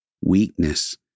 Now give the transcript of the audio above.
weakness